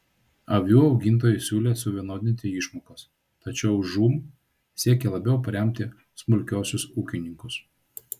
avių augintojai siūlė suvienodinti išmokas tačiau žūm siekė labiau paremti smulkiuosius ūkininkus